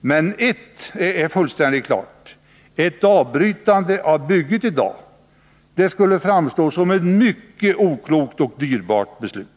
Men ett är fullständigt klart: Ett avbrytande av bygget i dag skulle framstå som ett mycket oklokt och dyrbart beslut.